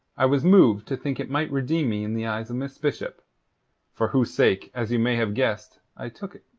i was moved to think it might redeem me in the eyes of miss bishop for whose sake, as you may have guessed, i took it.